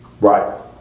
right